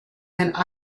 and